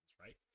right